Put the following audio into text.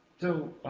so,